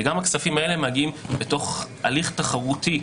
וגם הכספים האלה מגיעים בתוך הליך תחרותי.